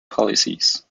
policies